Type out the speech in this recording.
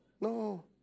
No